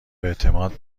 اعتماد